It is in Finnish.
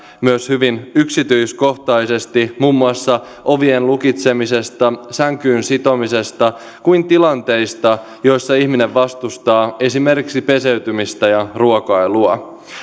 myös hyvin yksityiskohtaisesti muun muassa niin ovien lukitsemisesta sänkyyn sitomisesta kuin tilanteista joissa ihminen vastustaa esimerkiksi peseytymistä ja ruokailua